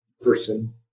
person